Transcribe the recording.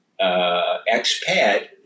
expat